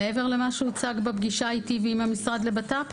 מעבר למה שהוצג בפגישה איתי ועם המשרד לבט"פ?